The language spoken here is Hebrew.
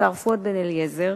השר פואד בן-אליעזר,